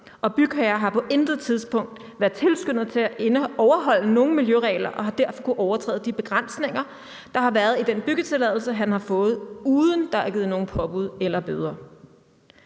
og bygherre har på intet tidspunkt været tilskyndet til at overholde nogen miljøregler og har derfor kunnet overtræde de begrænsninger, der har været i den byggetilladelse, han har fået, uden at der er givet nogen påbud eller bøder.